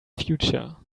future